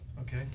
Okay